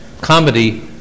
comedy